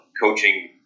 coaching